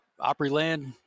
Opryland